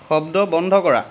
শব্দ বন্ধ কৰা